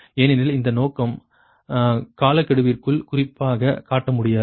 ஏனெனில் இந்த நோக்கம் காலக்கெடுவிற்குள் குறிப்பாக காட்ட முடியாது